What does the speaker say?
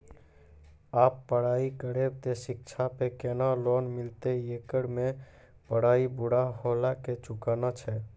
आप पराई करेव ते शिक्षा पे केना लोन मिलते येकर मे पराई पुरा होला के चुकाना छै?